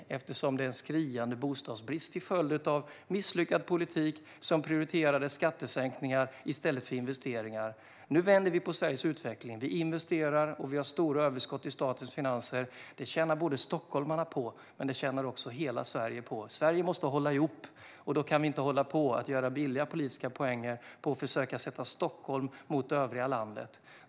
Det råder en skriande bostadsbrist till följd av en misslyckad politik som prioriterade skattesänkningar i stället för investeringar. Nu vänder vi på Sveriges utveckling. Vi investerar, och vi har stora överskott i statens finanser. Detta tjänar både stockholmarna och resten av Sverige på. Sverige måste hålla ihop. Då kan vi inte hålla på och plocka billiga politiska poäng på att försöka ställa Stockholm mot övriga landet.